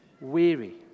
weary